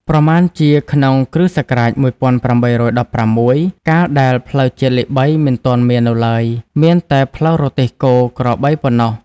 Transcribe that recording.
ប្រមាណជាក្នុងគ. ស. ១៨១៦ កាលដែលផ្លូវជាតិលេខ ៣ មិនទាន់មាននៅឡើយ មានតែផ្លូវរទេះគោ- ក្របីប៉ុណ្ណោះ